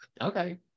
Okay